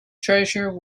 treasure